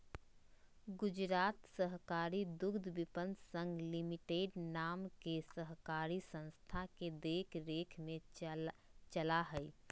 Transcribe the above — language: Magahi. गुजरात सहकारी दुग्धविपणन संघ लिमिटेड नाम के सहकारी संस्था के देख रेख में चला हइ